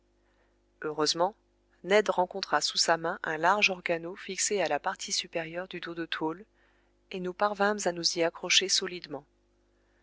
heureusement ned rencontra sous sa main un large organeau fixé à la partie supérieure du dos de tôle et nous parvînmes à nous y accrocher solidement